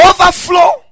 overflow